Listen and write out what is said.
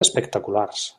espectaculars